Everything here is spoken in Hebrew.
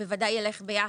בוודאי יילך ביחד.